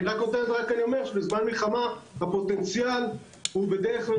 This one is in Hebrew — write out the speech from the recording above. אני רק אומר שבזמן מלחמה הפוטנציאל הוא בדרך כלל